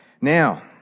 Now